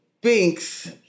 binks